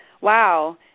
Wow